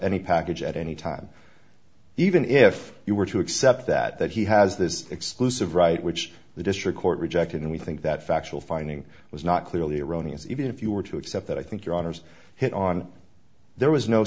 any package at any time even if you were to accept that that he has this exclusive right which the district court rejected and we think that factual finding was not clearly erroneous even if you were to accept that i think your honour's hit on there was no